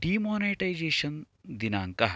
demonetisation दिनाङ्कः